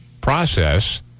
process